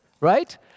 Right